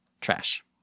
trash